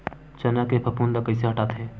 चना के फफूंद ल कइसे हटाथे?